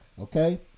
Okay